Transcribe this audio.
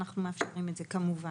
אנחנו מאפשרים את זה כמובן.